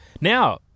Now